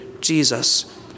Jesus